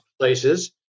Places